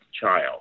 child